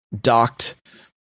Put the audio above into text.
docked